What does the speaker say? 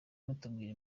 mutubwira